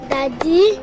Daddy